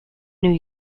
new